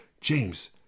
James